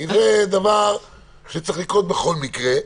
כי זה דבר שצריך לקרות בכל מקרה.